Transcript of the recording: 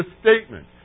statement